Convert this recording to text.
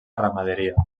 ramaderia